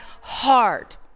hard